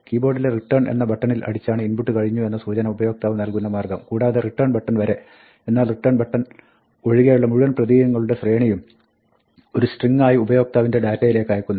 കീബോർഡിലെ return എന്ന ബട്ടണിൽ അടിച്ചാണ് ഇൻപുട്ട് കഴിഞ്ഞു എന്ന സൂചന ഉപയോക്താവ് നൽകുന്ന മാർഗ്ഗം കൂടാതെ റിട്ടേൺ ബട്ടൺ വരെ എന്നാൽ റിട്ടേൺ ബട്ടൺ ഒഴികെയുള്ള മുഴുവൻ പ്രതീകങ്ങളുടെ ശ്രേണിയും ഒരു സ്ട്രിങ്ങ് ആയി ഉപയോക്താവിന്റെ ഡാറ്റയിലേക്ക് അയക്കുന്നു